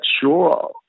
sure